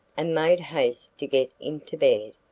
and made haste to get into bed.